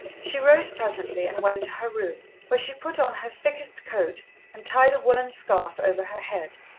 she rose presently and went to her room, where she put on her thickest coat and tied a woollen scarf over her head.